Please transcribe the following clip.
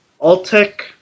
Altec